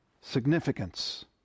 significance